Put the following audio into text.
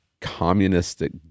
communistic